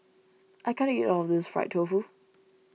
I can't eat all of this Fried Tofu